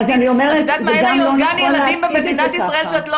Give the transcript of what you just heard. אין היום גן ילדים במדינת ישראל שאת לא